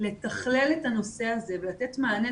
לתכלל את הנושא הזה ולתת מענה,